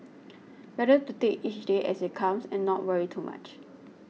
better to take each day as it comes and not worry too much